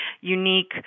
unique